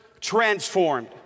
transformed